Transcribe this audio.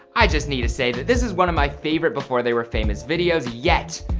i just need to say that this is one of my favorite before they were famous videos yet.